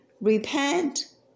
repent